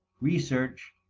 research,